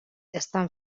estan